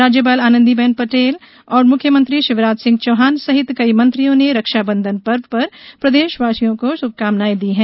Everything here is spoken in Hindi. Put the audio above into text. राज्यपाल आनंदीबेन पटेल और मुख्यमंत्री शिवराज सिंह चौहान सहित कई मंत्रियों ने रक्षाबंधन पर्व पर प्रदेशवासियों को श्भकामनाएं दी है